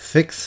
fix